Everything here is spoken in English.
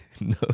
No